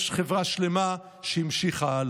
יש חברה שלמה שהמשיכה הלאה.